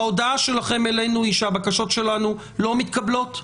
ההודעה שלכם אלינו היא שהבקשות שלנו לא מתקבלות?